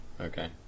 Okay